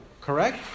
correct